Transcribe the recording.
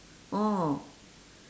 orh